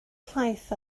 llaeth